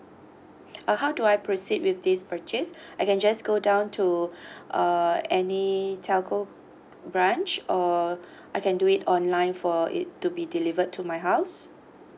uh how do I proceed with this purchase I can just go down to uh any telco branch or I can do it online for it to be delivered to my house